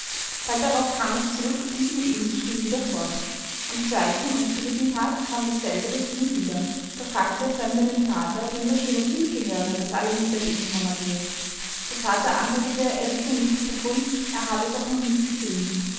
bald darauf kam es zurück und ging eben so still wieder fort am zweiten und dritten tag kam dasselbige kind wieder da fragte der fremde den vater wem das schöne kind gehöre das alle mittag in die kammer gehe der vater antwortete er wisse nichts davon er hab es auch noch nicht gesehen